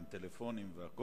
עם טלפונים והכול.